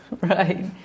Right